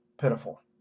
pitiful